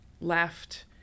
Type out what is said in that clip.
left